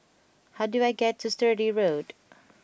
how do I get to Sturdee Road